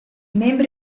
membri